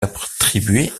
attribué